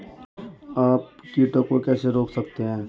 आप कीटों को कैसे रोक सकते हैं?